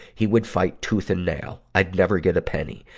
he would fight tooth and nail. i'd never get a penny.